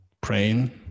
praying